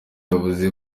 yavuze